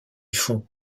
font